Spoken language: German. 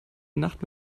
nacht